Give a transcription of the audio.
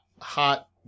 Hot